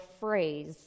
phrase